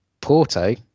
Porto